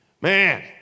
Man